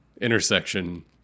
intersection